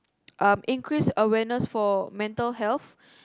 um increase awareness for mental health